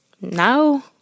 No